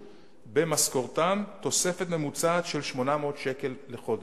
במשכורתם תוספת ממוצעת של 800 שקל לחודש.